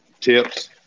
tips